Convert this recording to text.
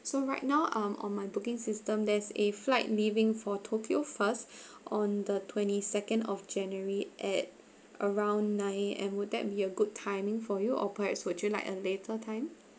so right now um on my booking system there's a flight leaving for tokyo first on the twenty second of january at around nine A_M would that be a good timing for you or perhaps would you like a later time